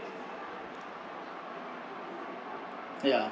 yeah